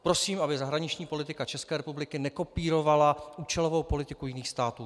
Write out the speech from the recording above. Prosím, aby zahraniční politika České republiky nekopírovala účelovou politiku jiných států.